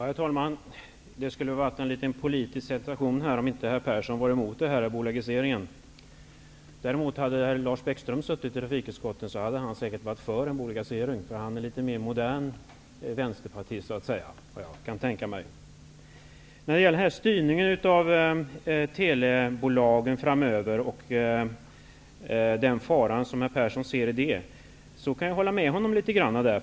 Herr talman! Det skulle varit en liten politisk sensation om inte herr Persson gått emot den här bolagiseringen. Hade däremot herr Lars Bäckström suttit i trafikutskottet hade han säkert varit för en bolagisering. Han är en litet mer modern vänsterpartist kan jag tänka mig. När det gäller styrningen av telebolagen framöver och den fara som herr Persson ser i det, kan jag hålla med honom litet grand.